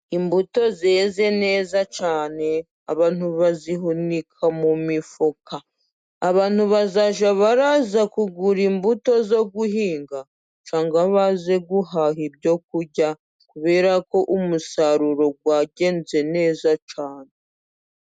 Imbuto zeze neza cyane, abantu bazihunika mu mifuka, abantu bazajya baraza, kugura imbuto zo guhinga, cyagwa baze guhaha ibyo kurya, kubera ko umusaruro, wagenze neza cyane.